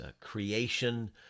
creation